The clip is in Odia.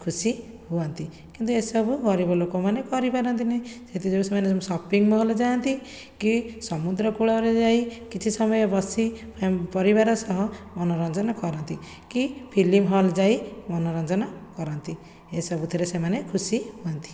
ଖୁସି ହୁଅନ୍ତି କିନ୍ତୁ ଏସବୁ ଗରିବ ଲୋକମାନେ କରିପାରନ୍ତିନି ସେଥିଯୋଗୁଁ ସେମାନେ ସପିଙ୍ଗ୍ ମଲ୍ ଯାଆନ୍ତି କି ସମୁଦ୍ର କୂଳରେ ଯାଇ କିଛି ସମୟ ବସି ପରିବାର ସହ ମନୋରଞ୍ଜନ କରନ୍ତି କି ଫିଲିମ୍ ହଲ୍ ଯାଇ ମନୋରଞ୍ଜନ କରନ୍ତି ଏସବୁଥିରେ ସେମାନେ ଖୁସି ହୁଅନ୍ତି